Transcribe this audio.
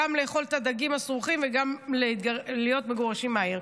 גם לאכול את הדגים הסרוחים וגם להיות מגורשים מהעיר.